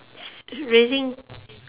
raising